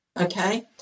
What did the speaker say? okay